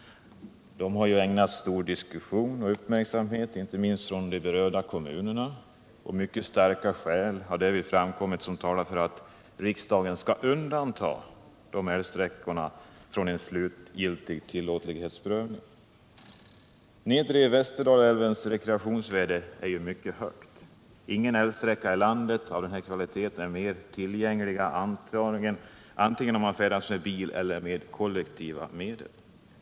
Dessa har ägnats stor uppmärksamhet, inte minst från de berörda kommunerna, och mycket starka skäl har framkommit som talar för att riksdagen skall undanta dessa älvsträckor från en slutlig tillåtlighetsprövning. Nedre Västerdalälvens rekreationsvärde är mycket högt. Ingen älvsträcka i landet av den kvaliteten är mera lättillgänglig, antingen man färdas med bil eller med kollektiva trafikmedel.